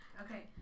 Okay